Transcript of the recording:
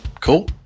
Cool